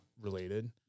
related